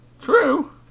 True